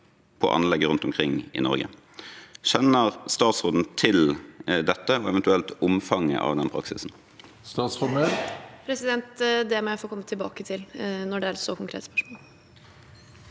på anlegg rundt omkring i Norge. Kjenner statsråden til dette og eventuelt omfanget av den praksisen? Statsråd Emilie Mehl Det må jeg få kom- me tilbake til når det er et så konkret spørsmål.